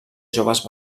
joves